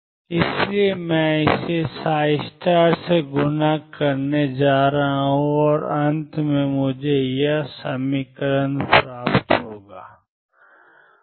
इसलिए मैं इसे से गुणा करने जा रहा हूं और iℏ∂ψ∂t 22m2x2Vx प्राप्त करूंगा जो कि मेरा समीकरण 1 है